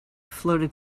floated